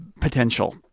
potential